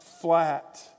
flat